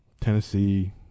Tennessee